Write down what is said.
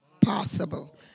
possible